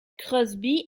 crosby